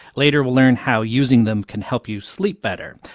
later, we'll learn how using them can help you sleep better.